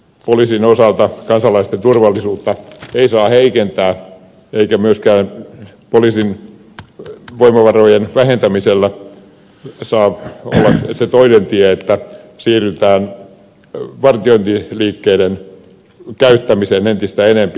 poliisin osalta kansalaisten turvallisuutta ei saa heikentää eikä myöskään poliisin voimavarojen vähentäminen saa olla se toinen tie että siirrytään vartiointiliikkeiden käyttämiseen entistä enempi